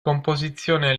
composizione